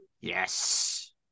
yes